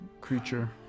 creature